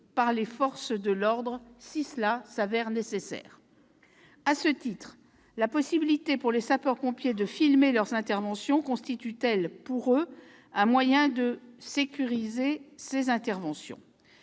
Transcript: par les forces de l'ordre si cela apparaît nécessaire. À ce titre, la possibilité offerte aux sapeurs-pompiers de filmer leurs interventions constitue-t-elle pour eux un moyen de sécuriser ces dernières ?